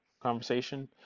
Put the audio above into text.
conversation